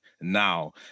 now